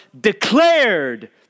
declared